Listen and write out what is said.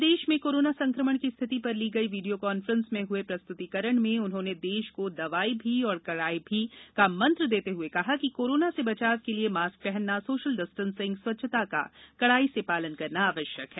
कल देश में कोरोना संक्रमण की स्थिति पर ली गई वीडियो कॉन्फ्रेन्स में हुए प्रस्तुतिकरण में उन्होंने देश को दवाई भी और कड़ाई भी का मंत्र देते हुए कहा कि कोरोना से बचाव के लिए मास्क पहनना सोशल डिस्टेंसिंग स्वच्छता का कड़ाई से पालन करना आवश्यक है